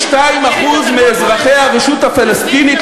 92% מאזרחי הרשות הפלסטינית,